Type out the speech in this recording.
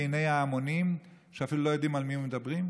בעיני ההמונים שאפילו לא יודעים על מי הם מדברים.